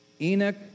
Enoch